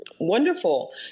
wonderful